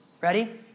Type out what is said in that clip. Ready